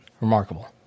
remarkable